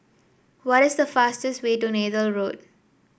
what is the fastest way to Neythal Road